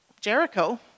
Jericho